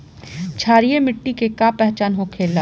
क्षारीय मिट्टी के का पहचान होखेला?